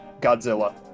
Godzilla